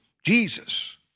Jesus